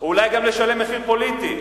אולי גם לשלם מחיר פוליטי.